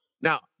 Now